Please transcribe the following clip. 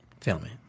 filming